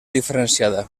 diferenciada